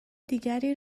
دیگری